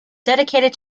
dedicated